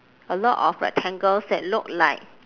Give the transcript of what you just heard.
a lot of rectangles that look like